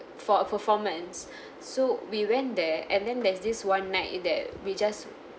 for a performance so we went there and then there's this one night that we just